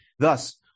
Thus